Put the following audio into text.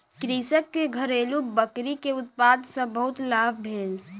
कृषक के घरेलु बकरी के उत्पाद सॅ बहुत लाभ भेल